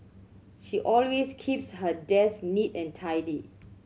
she always keeps her desk neat and tidy